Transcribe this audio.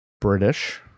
British